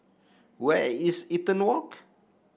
where is Eaton Walk